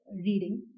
reading